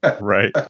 right